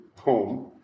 home